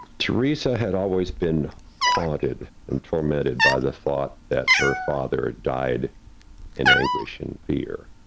teresa had always been haunted and tormented by the thought that her father died in anguish and fear.